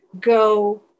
go